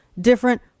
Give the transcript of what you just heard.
different